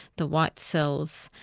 the white cells,